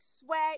sweat